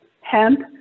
hemp